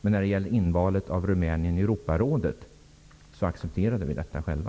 Men invalet av Rumänien i Europarådet accepterade vi själva.